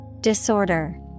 Disorder